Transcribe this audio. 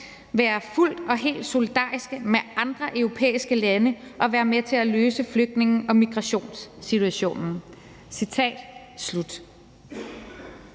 være fuldt og helt solidarisk med andre europæiske lande og være med til at løse flygtninge- og migrationssituationen.